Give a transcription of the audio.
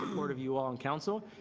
ah sort of you all in council,